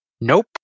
Nope